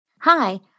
Hi